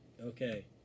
okay